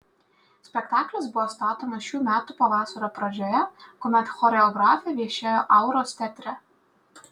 spektaklis buvo statomas šių metų pavasario pradžioje kuomet choreografė viešėjo auros teatre